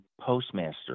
postmaster